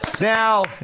Now